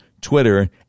Twitter